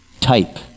type